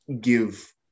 give